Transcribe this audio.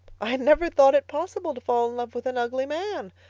i'd never thought it possible to fall in love with an ugly man.